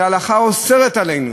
שההלכה אוסרת עלינו